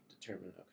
determine